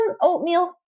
oatmeal